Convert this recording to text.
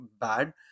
bad